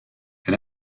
elle